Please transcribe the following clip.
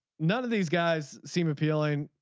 none of these guys seem appealing.